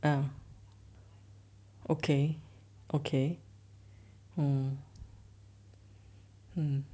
oh okay okay I'm I'm